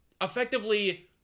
Effectively